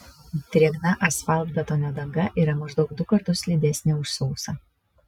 drėgna asfaltbetonio danga yra maždaug du kartus slidesnė už sausą